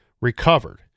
recovered